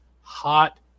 hot